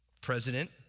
President